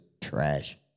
trash